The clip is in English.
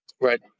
right